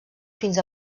fins